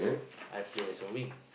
I play as a wing